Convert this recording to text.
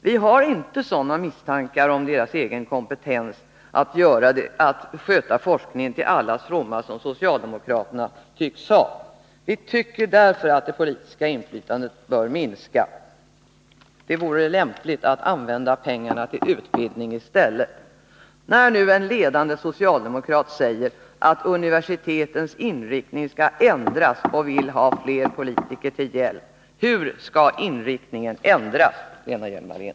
Vi hyser inga misstankar när det gäller deras kompetens att sköta forskningen till allas fromma, men det tycks socialdemokraterna göra. Det politiska inflytandet bör således minska. Det vore lämpligt att i stället använda pengarna till utbildning. När en ledande socialdemokrat säger att universitetens inriktning skall ändras och att det behövs fler politiker, måste jag fråga: Hur skall inriktningen ändras, Lena Hjelm-Wallén?